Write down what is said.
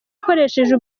ukoresheje